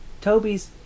Toby's